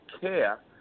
care